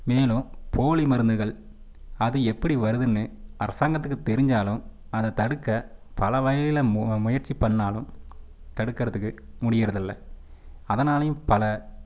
மேலும் போலி மருந்துகள் அது எப்படி வருதுன்னு அரசாங்கத்துக்கு தெரிஞ்சாலும் அது தடுக்க பல வகையில் மு முயற்சி பண்ணாலும் தடுக்கிறதுக்கு முடியுறதில்ல அதனாலேயும் பல